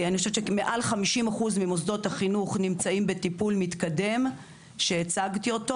מעל 50% ממוסדות החינוך נמצאים בטיפול מתקדם שהצגתי אותו.